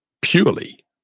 purely